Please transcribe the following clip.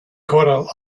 coral